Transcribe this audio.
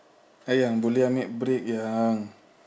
sayang boleh amik break sayang